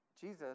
Jesus